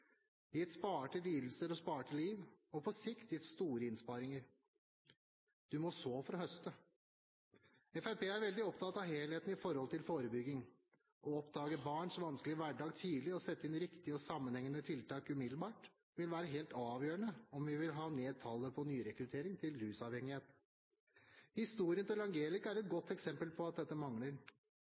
gitt sparte lidelser og sparte liv og på sikt gitt store innsparinger. Du må så for å høste. Fremskrittspartiet er veldig opptatt av helheten i forhold til forebygging. Å oppdage barns vanskelige hverdag tidlig og sette inn riktig og sammenhengende tiltak umiddelbart vil være helt avgjørende om vi vil ha ned tallet på nyrekruttering til rusavhengighet. Historien til Angelica er et godt eksempel på at dette mangler.